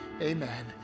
Amen